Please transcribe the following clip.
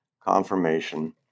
confirmation